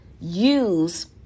use